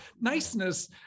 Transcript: niceness